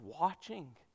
watching